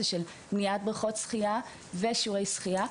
של בניית בריכות שחייה ושיעורי שחייה.